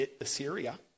Assyria